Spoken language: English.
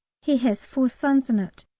he has four sons in it,